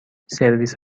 سرویس